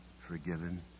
forgiven